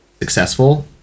successful